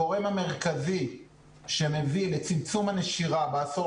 הגורם המרכזי שמביא לצמצום הנשירה בעשור